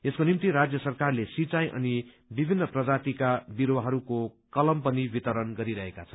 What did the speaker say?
यसको निम्ति राज्य सरकारले सिंचाई अनि विभित्र प्रजातिका विरूबाहरूको कलम पनि वितरण गरिरहेका छन्